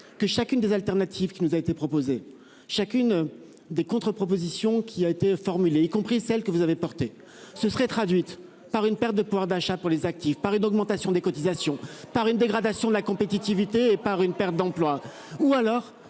que chacune des alternatives qui nous a été proposé. Chacune des contre-. Propositions qui a été formulée, y compris celles que vous avez porté se serait traduite par une perte de pouvoir d'achat pour les actifs par une augmentation des cotisations par une dégradation de la compétitivité et par une perte d'emploi ou alors